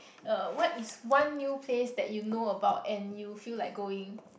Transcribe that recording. uh what is one new place that you know about and you feel like going